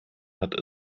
hat